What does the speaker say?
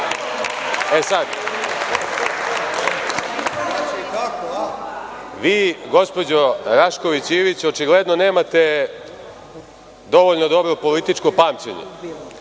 Ivić? Vi gospođo Rašković Ivić očigledno nemate dovoljno dobro političko pamćenje.